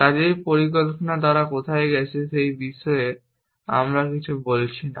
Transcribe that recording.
কাজেই পরিকল্পনায় তারা কোথায় আছে সে বিষয়ে আমরা কিছু বলছি না